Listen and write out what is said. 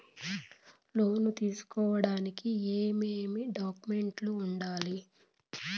లోను తీసుకోడానికి ఏమేమి డాక్యుమెంట్లు ఉండాలి